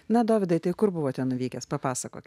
na dovydai tai kur buvote nuvykęs papasakokit